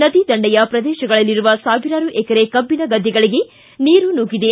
ನದಿ ದಂಡೆಯ ಪ್ರದೇಶಗಳಲ್ಲಿರುವ ಸಾವಿರಾರು ಎಕರೆ ಕಬ್ಬಿನ ಗದ್ದೆಗಳಿಗೆ ನೀರು ನುಗ್ಗಿದೆ